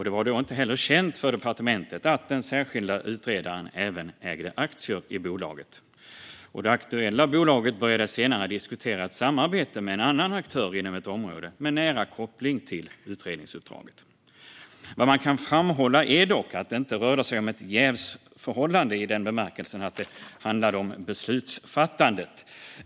Det var då heller inte känt för departementet att den särskilda utredaren även ägde aktier i bolaget. Det aktuella bolaget började senare att diskutera ett samarbete med en annan aktör inom ett område med nära koppling till utredningsuppdraget. Vad man kan framhålla är dock att det inte rörde sig om ett jävsförhållande i den bemärkelsen att det handlade om beslutsfattande.